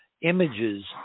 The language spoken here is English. images